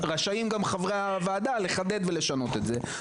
רשאים גם חברי הוועדה לחדד ולשנות את זה,